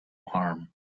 harm